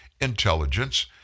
intelligence